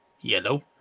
Yellow